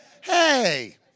Hey